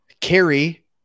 Carry